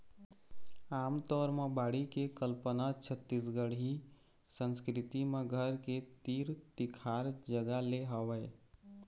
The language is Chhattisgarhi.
आमतौर म बाड़ी के कल्पना छत्तीसगढ़ी संस्कृति म घर के तीर तिखार जगा ले हवय